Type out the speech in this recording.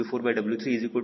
0243975 W4W30